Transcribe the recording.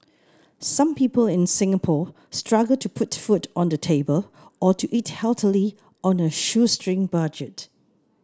some people in Singapore struggle to put food on the table or to eat healthily on a shoestring budget